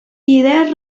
idees